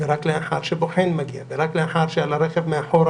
ורק לאחר שבוחן מגיע ורק לאחר שעל הרכב מאחורה